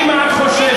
אם את חושבת,